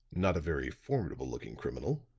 not a very formidable looking criminal,